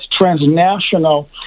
transnational